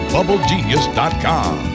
BubbleGenius.com